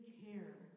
care